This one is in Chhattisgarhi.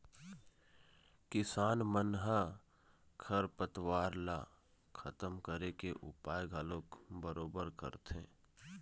किसान मन ह खरपतवार ल खतम करे के उपाय घलोक बरोबर करथे